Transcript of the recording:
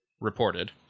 reported